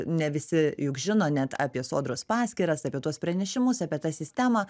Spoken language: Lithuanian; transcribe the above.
ne visi juk žino net apie sodros paskyras apie tuos pranešimus apie tą sistemą